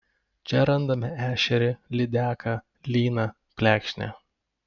čia randame ešerį lydeką lyną plekšnę